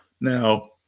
Now